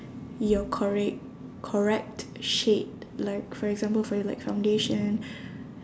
your correct correct shade like for example for your like foundation